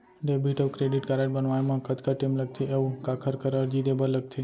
Debit अऊ credit card बनवाए मा कतका टेम लगथे, अऊ काखर करा अर्जी दे बर लगथे?